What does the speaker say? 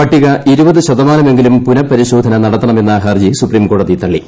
പട്ടിക ഇരുപത് ശതമാനമെങ്കിലും പുനഃപരിശോധന നടത്തണമെന്ന ഹർജി സുപ്രീം കോടതി തള്ളി